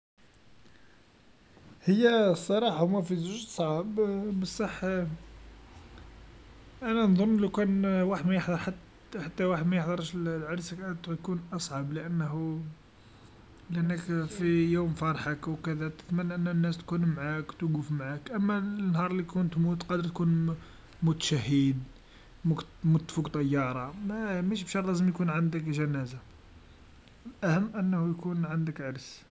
هي الصراحه هوما في زوج صعاب بصح أنو نظن لوكان واحد ما يحضر حتى، حتى واحد ما يحضرش ل-لعرسك ت-تكون أصعب لأنهو، لأنك في يوم فرحك و كذا و تتمنى ناس تكون معاك توقف معاك، أما نهار لتكون تموت قادر تكون موت شهيد، موت موت فوق طيارا، ما مش بشرط لازم يكون عندك جنازا، الأهم أنه يكون عندك عرس.